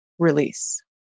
release